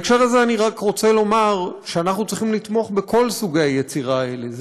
בהקשר הזה אני רק רוצה לומר שאנחנו צריכים לתמוך בכל סוגי היצירה האלה.